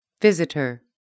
visitor